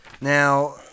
Now